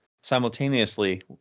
Simultaneously